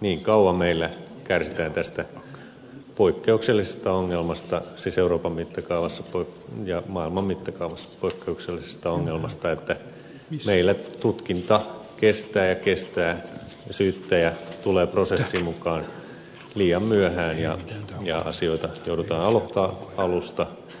niin kauan meillä kärsitään tästä euroopan ja maailman mittakaavassa poikkeuksellisesta ongelmasta että meillä tutkinta kestää ja kestää syyttäjä tulee prosessiin mukaan liian myöhään ja asioita joudutaan aloittamaan alusta